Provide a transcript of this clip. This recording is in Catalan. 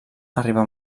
arriba